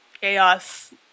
chaos